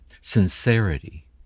sincerity